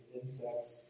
insects